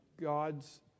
God's